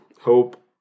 hope